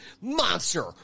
Monster